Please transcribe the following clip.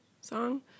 song